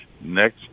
next